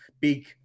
big